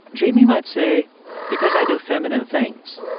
jamie might say because i do feminine things.